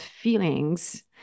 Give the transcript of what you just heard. feelings